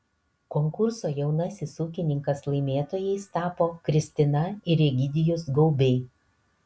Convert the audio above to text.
konkurso jaunasis ūkininkas laimėtojais tapo kristina ir egidijus gaubiai